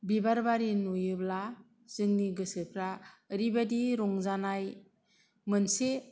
बिबारबारि नुयोब्ला जोंनि गोसोफोरा ओरैबायदि रंजानाय मोनसे